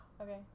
Okay